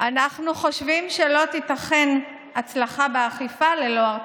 אנחנו חושבים שלא תיתכן הצלחה באכיפה ללא הרתעה.